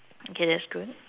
okay that's good